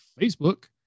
Facebook